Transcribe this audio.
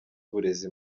uburezi